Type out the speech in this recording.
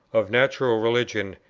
of natural religion,